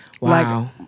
Wow